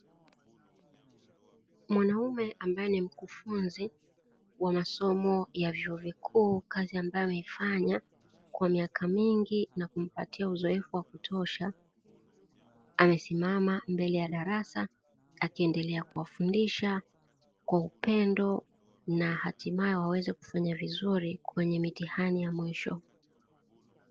Mwanaume ambaye ni mkufunzi wa masomo ya vyu vikuu katika kazi anayoifanya kwa miaka mingi na kumpatia uzoefu wa kutosha, amesimama mbele ya darasa akiendelea kuwafundisha kwa upendo na hatimaye waweze kufanya vizuri kwenye mitihani ya mwisho.